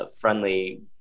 friendly